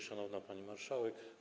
Szanowna Pani Marszałek!